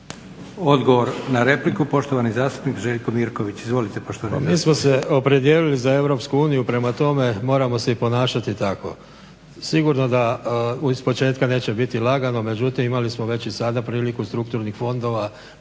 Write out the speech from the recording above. Odgovor na repliku poštovani zastupnik Željko Mirković. Izvolite